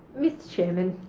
mr chairman,